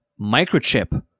microchip